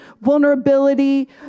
vulnerability